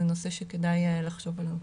זה נושא שכדאי לחשוב עליו.